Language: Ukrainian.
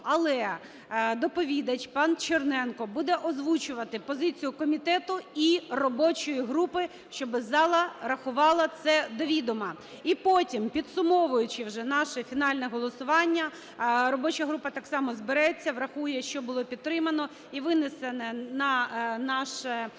Але доповідач пан Черненко буде озвучувати позицію комітету і робочої групи, щоби зала рахувала це до відома. І потім, підсумовуючи вже наше фінальне голосування, робоча група так само збереться, врахує, що було підтримано, і винесе на наше